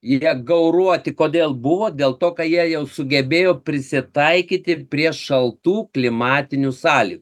jie gauruoti kodėl buvo dėl to ką jie jau sugebėjo prisitaikyti prie šaltų klimatinių sąlygų